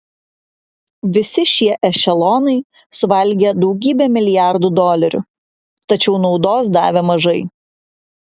visi šie ešelonai suvalgė daugybę milijardų dolerių tačiau naudos davė mažai